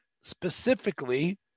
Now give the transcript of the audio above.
specifically